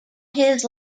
his